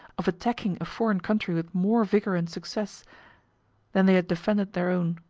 of attacking a foreign country with more vigor and success than they had defended their own.